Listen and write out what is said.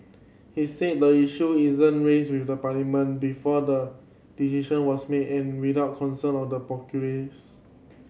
he said the issue isn't raised with Parliament before the decision was made and without consulting the populace